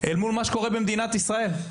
אל מול מה שקורה במדינת ישראל.